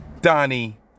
Donnie